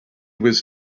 was